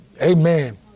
Amen